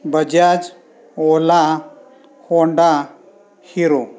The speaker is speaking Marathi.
Bajaj Ola Honda hero